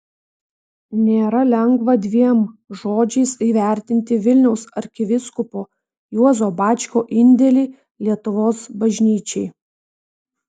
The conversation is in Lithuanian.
nėra lengva dviem žodžiais įvertinti vilniaus arkivyskupo juozo bačkio indėlį lietuvos bažnyčiai